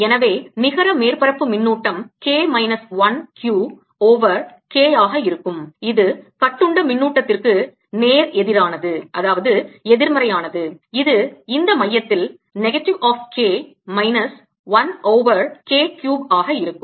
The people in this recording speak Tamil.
எனவே நிகர மேற்பரப்பு மின்னூட்டம் K minus 1 Q over K ஆக இருக்கும் இது கட்டுண்ட மின்னூட்டத்திற்கு நேர் எதிரானது எதிர்மறையாக இது இந்த மையத்தில் negative of K minus 1 over K cube ஆக இருக்கும்